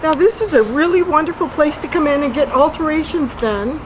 no this is a really wonderful place to come in and get alterations done